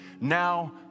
Now